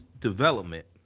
development